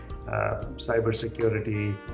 cybersecurity